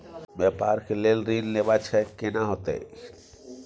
व्यापार के लेल ऋण लेबा छै केना होतै?